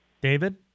david